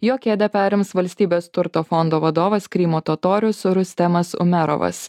jo kėdę perims valstybės turto fondo vadovas krymo totorius rustemas umerovas